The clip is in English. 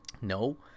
No